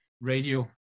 radio